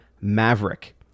Maverick